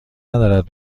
ندارد